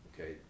Okay